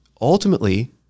ultimately